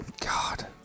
God